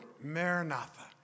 maranatha